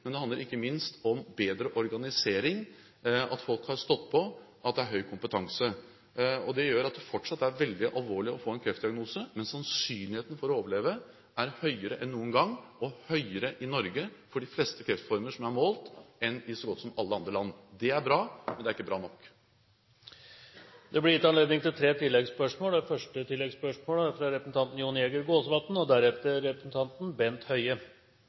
men det handler ikke minst om bedre organisering, at folk har stått på, at det er høy kompetanse. Det gjør at det fortsatt er veldig alvorlig å få en kreftdiagnose, men sannsynligheten for å overleve er høyere enn noen gang, og høyere i Norge for de fleste kreftformer som er målt, enn i så godt som alle andre land. Det er bra, men det er ikke bra nok. Det blir gitt anledning til tre oppfølgingsspørsmål – først representanten Jon Jæger Gåsvatn.